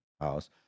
house